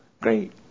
Great